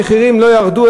המחירים לא ירדו,